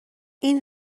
این